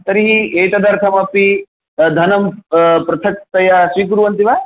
तर्हि एतदर्थमपि धनं पृथक्तया स्वीकुर्वन्ति वा